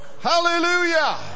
hallelujah